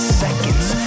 seconds